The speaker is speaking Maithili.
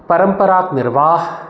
परम्पराक निर्वाह